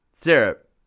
Syrup